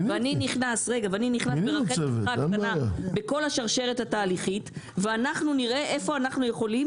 ואני נכנס בכל השרשרת התהליכים ואנחנו נראה איפה אנחנו יכולים